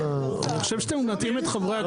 אני חושב שאתם מטעים את חברי